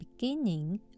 beginning